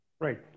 Right